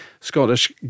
Scottish